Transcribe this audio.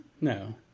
No